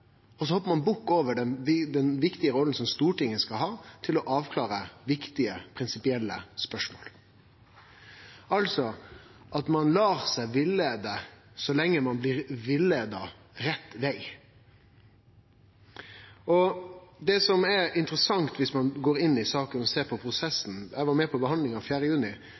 og så hoppar ein bukk over den viktige rolla som Stortinget skal ha med å avklare viktige prinsipielle spørsmål – altså at ein lar seg villeie så lenge ein blir villeia den rette vegen. Det som er interessant, er om ein går inn i saka og ser på prosessen – og eg var med på behandlinga 4. juni.